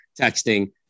texting